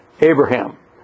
Abraham